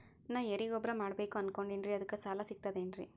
ನಾ ಎರಿಗೊಬ್ಬರ ಮಾಡಬೇಕು ಅನಕೊಂಡಿನ್ರಿ ಅದಕ ಸಾಲಾ ಸಿಗ್ತದೇನ್ರಿ?